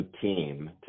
team